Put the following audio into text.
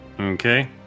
okay